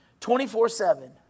24-7